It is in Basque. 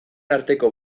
arteko